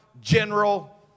general